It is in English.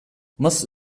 most